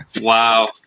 Wow